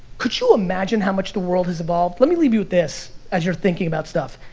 could you imagine how much the world has evolved? let me leave you with this as you're thinking about stuff.